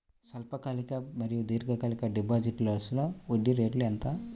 స్వల్పకాలిక మరియు దీర్ఘకాలిక డిపోజిట్స్లో వడ్డీ రేటు ఎంత?